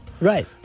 Right